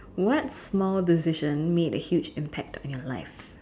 what small decision made a huge impact on your life